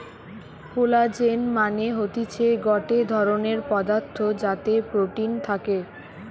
collagen মানে হতিছে গটে ধরণের পদার্থ যাতে প্রোটিন থাকে